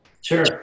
Sure